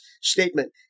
statement